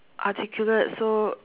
articulate so